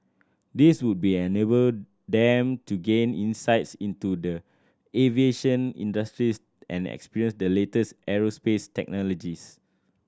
this would be enable them to gain insights into the aviation industries and experience the latest aerospace technologies